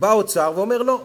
בא האוצר ואומר: לא,